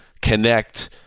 connect